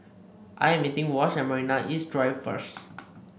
I am meeting Wash at Marina East Drive first